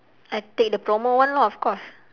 I take the promo one lah of course